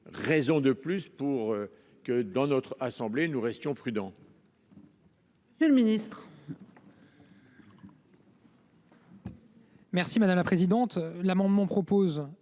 raison de plus pour que dans notre assemblée. Nous restions prudents.--